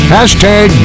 Hashtag